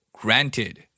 Granted